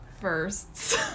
firsts